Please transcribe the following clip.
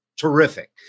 terrific